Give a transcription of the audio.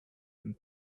him